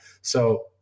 So-